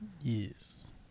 Yes